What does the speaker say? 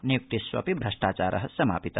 नियुक्तिष्वपि भ्रष्टाचार समापित